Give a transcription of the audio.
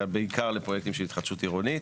בעיקר לפרויקטים של התחדשות עירונית.